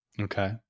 Okay